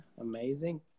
amazing